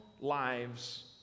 lives